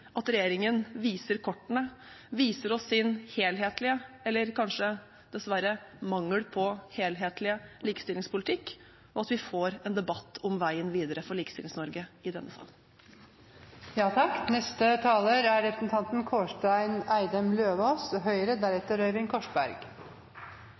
at regjeringen viser kortene, viser oss sin helhetlige likestillingspolitikk – eller dessverre kanskje mangel på helhetlige likestillingspolitikk – og at vi får en debatt om veien videre for Likestillings-Norge i denne